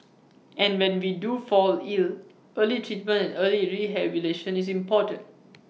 and when we do fall ill early treatment early rehabilitation is important